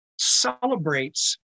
celebrates